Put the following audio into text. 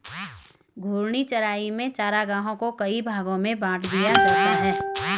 घूर्णी चराई में चरागाहों को कई भागो में बाँट दिया जाता है